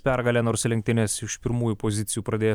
pergale nors lenktynes iš pirmųjų pozicijų pradėjo